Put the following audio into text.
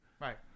Right